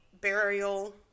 burial